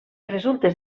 resultes